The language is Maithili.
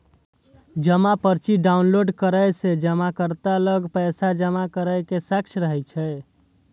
जमा पर्ची डॉउनलोड करै सं जमाकर्ता लग पैसा जमा करै के साक्ष्य रहै छै